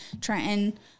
Trenton